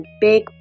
big